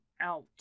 out